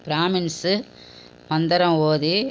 பிராமின்ஸு மந்திரம் ஓதி